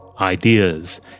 ideas